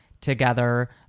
together